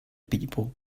people